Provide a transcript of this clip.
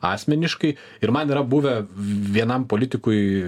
asmeniškai ir man yra buvę vienam politikui